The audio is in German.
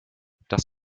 das